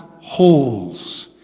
holes